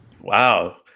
Wow